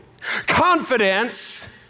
Confidence